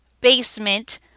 basement